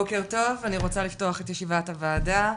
בוקר טוב, אני רוצה לפתוח את ישיבת הוועדה.